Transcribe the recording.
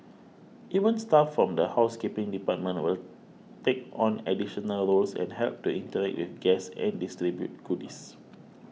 even staff from the housekeeping department will take on additional roles and help to interact with guests and distribute goodies